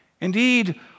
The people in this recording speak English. Indeed